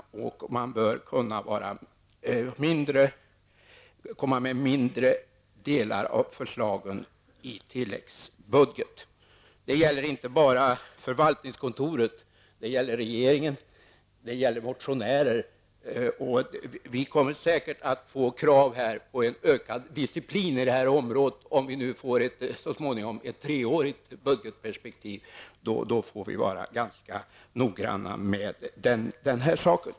Man bör kunna komma med en mindre del av förslagen i tilläggsbudgeten. Det gäller inte bara förvaltningskontoret utan även regeringen och motionärerna. Vi kommer säkert att få krav på ökad diciplin på det här området. Om vi så småningom får ett treårigt budgetperspektiv, får vi vara ganska noggranna med den här saken.